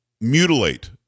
mutilate